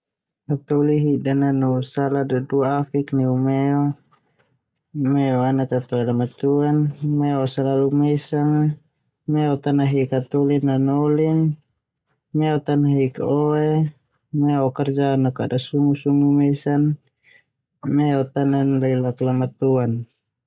Hataholi hidan nanu sala duduafik neu meo, meo ana toe lamatuan, meo selalu mesan, meo ta nahik hataholi nanolin, meo ta nahik oe, eo kerjan na kada sungu mesan, meo ta nelelak lamatuan.